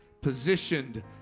Positioned